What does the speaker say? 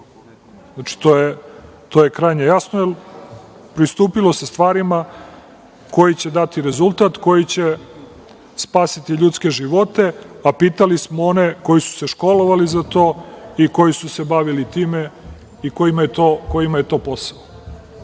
Znači, to je krajnje jasno. Pristupilo se stvarima koje će dati rezultat, koje će spasiti ljudske živote, a pitali smo one koji su školovali za to i koji su se bavili time i kojima je to posao.